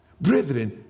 Brethren